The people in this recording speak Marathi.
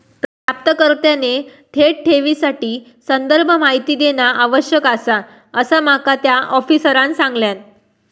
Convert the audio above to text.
प्राप्तकर्त्याने थेट ठेवीसाठी संदर्भ माहिती देणा आवश्यक आसा, असा माका त्या आफिसरांनं सांगल्यान